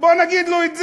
בואו נגיד לו את זה.